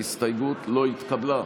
ההסתייגות לא התקבלה.